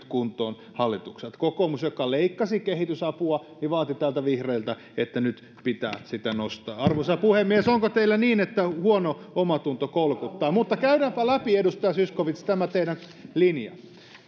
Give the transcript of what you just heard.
kuntoon kokoomus joka leikkasi kehitysapua vaatii täällä vihreiltä että nyt pitää sitä nostaa arvoisa puhemies onko teillä niin että huono omatunto kolkuttaa käydäänpä läpi edustaja zyskowicz tämä teidän linjanne